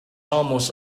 almost